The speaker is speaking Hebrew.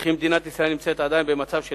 וכי מדינת ישראל נמצאת עדיין במצב של